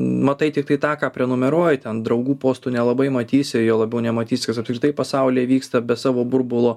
matai tiktai tą ką prenumeruoji ten draugų postų nelabai matysi juo labiau nematysi kas apskritai pasaulyje vyksta be savo burbulo